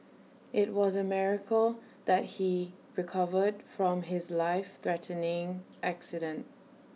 IT was A miracle that he recovered from his life threatening accident